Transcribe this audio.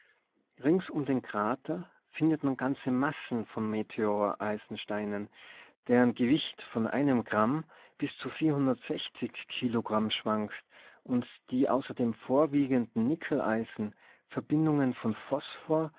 rings um den krater findet man ganze massen von meteoreisensteinen deren gewicht von einem gramm bis zu kilogramm schwankt und die außer dem vorwiegenden nickeleisen verbindungen von phosphor